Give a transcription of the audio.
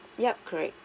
yup correct